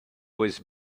was